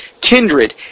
kindred